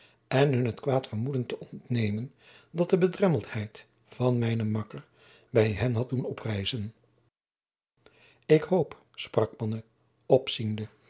en hun het kwaad vermoeden te ontnemen dat de bedremmeldheid van mijnen makker bij hen had doen oprijzen ik hoop sprak panne opziende